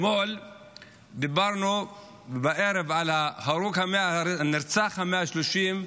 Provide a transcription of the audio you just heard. אתמול בערב דיברנו על הנרצח ה-130,